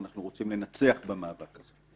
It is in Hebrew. ואנחנו רוצים לנצח במאבק הזה.